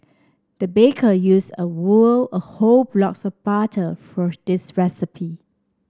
the baker used a a whole block of butter for this recipe